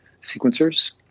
sequencers